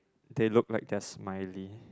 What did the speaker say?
they look like they're smiley